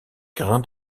grain